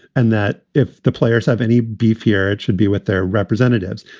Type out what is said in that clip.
and that if the players have any beef here, it should be with their representatives.